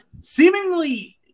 seemingly